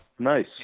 nice